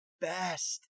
best